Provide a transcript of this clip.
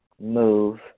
move